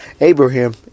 Abraham